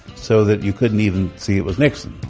so that you couldn't even see it was nixon.